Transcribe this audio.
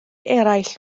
eraill